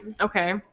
okay